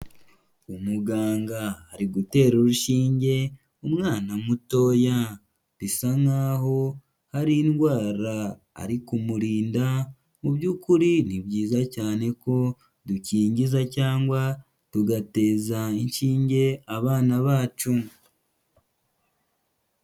Umuganga ari gutera urushinge umwana mutoya, bisa nkaho hari indwara ari kumurinda. Mu by'ukuri ni byiza cyane ko dukingiza cyangwa tugateza inshinge abana bacu.